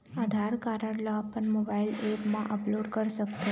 आधार card ला अपन mobile app मा अपलोड कर सकथों?